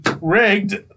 Rigged